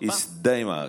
תענה לי.